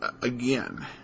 again